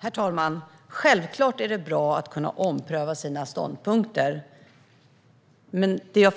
Herr talman! Självklart är det bra att kunna ompröva sina ståndpunkter, men i